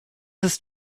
ist